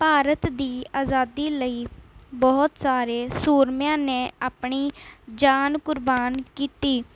ਭਾਰਤ ਦੀ ਆਜ਼ਾਦੀ ਲਈ ਬਹੁਤ ਸਾਰੇ ਸੂਰਮਿਆਂ ਨੇ ਆਪਣੀ ਜਾਨ ਕੁਰਬਾਨ ਕੀਤੀ